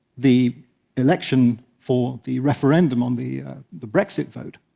the election for the referendum on the the brexit vote,